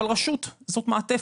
אבל רשות זאת מעטפת,